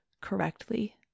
correctly